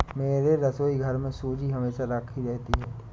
मेरे रसोईघर में सूजी हमेशा राखी रहती है